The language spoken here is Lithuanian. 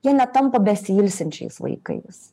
jie netampa besiilsinčiais vaikais